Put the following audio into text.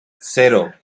cero